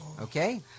Okay